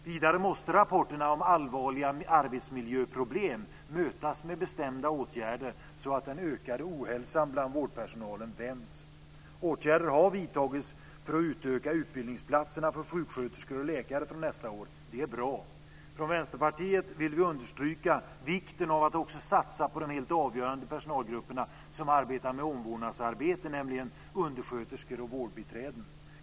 Vidare måste rapporterna om allvarliga arbetsmiljöproblem mötas med bestämda åtgärder så att den ökade ohälsan bland vårdpersonalen vänds. Åtgärder har vidtagits för att utöka antalet utbildningsplatser för sjuksköterskor och läkare för nästa år. Det är bra. Från Vänsterpartiet vill vi understryka vikten av att också satsa på de helt avgörande personalgrupperna som arbetar med omvårdnadsarbete, nämligen undersköterskor och vårdbiträden.